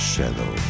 Shadow